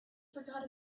forgot